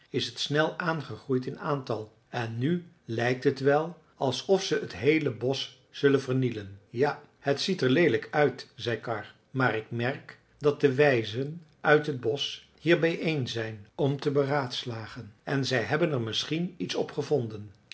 is het snel aangegroeid in aantal en nu lijkt het wel alsof ze het heele bosch zullen vernielen ja het ziet er leelijk uit zei karr maar ik merk dat de wijzen uit het bosch hier bijeen zijn om te beraadslagen en zij hebben er misschien iets op gevonden